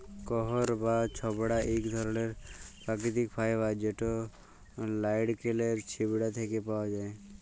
কইর বা ছবড়া ইক ধরলের পাকিতিক ফাইবার যেট লাইড়কেলের ছিবড়া থ্যাকে পাউয়া যায়